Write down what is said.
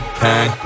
pain